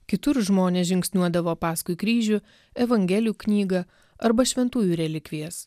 kitur žmonės žingsniuodavo paskui kryžių evangelijų knygą arba šventųjų relikvijas